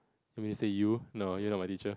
you want me to say you no you not my teacher